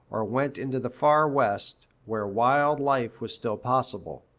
or went into the far west, where wild life was still possible.